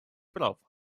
прав